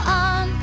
on